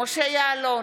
משה יעלון,